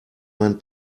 mein